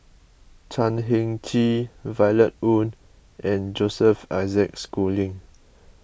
Chan Heng Chee Violet Oon and Joseph Isaac Schooling